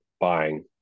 buying